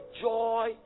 joy